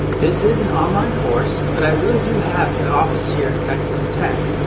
this is an online course, but i really do have an office here at texas tech,